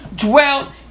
dwell